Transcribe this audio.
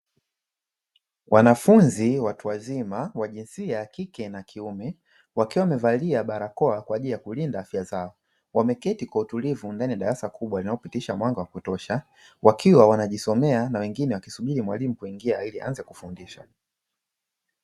Wanafunzi watu wazima wa jinsia ya kike na kiume, wakiwa wamevalia barakoa kwa ajili ya kulinda afya zao, wameketi kwa utulivu ndani ya darasa kubwa linalopitisha mwanga wa kutosha; wakiwa wanajisomea na wengine wakisubiri mwalimu kuingia ili aanze kufundisha.